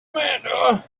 amanda